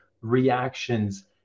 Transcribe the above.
reactions